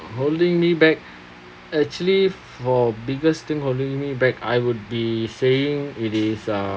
holding me back actually for biggest thing holding me back I would be saying it is uh